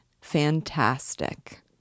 fantastic